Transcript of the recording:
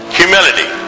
humility